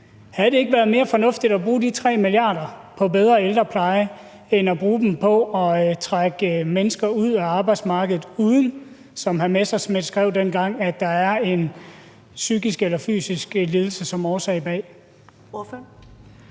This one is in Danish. Havde det ikke været mere fornuftigt at bruge de 3 mia. kr. på bedre ældrepleje end at bruge dem på at trække mennesker ud af arbejdsmarkedet, uden, som hr. Morten Messerschmidt skrev dengang, at der er en psykisk eller fysisk lidelse som årsag?